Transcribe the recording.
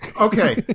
okay